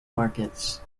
markets